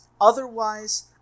otherwise